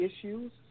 issues